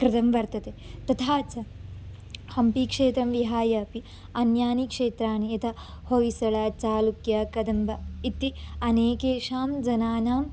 कृतं वर्तते तथा च हम्पीक्षेत्रं विहाय अपि अन्यानि क्षेत्राणि यथा होयिसळ ट्सालुक्य कदम्ब इति अनेकेषां जनानां